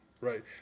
right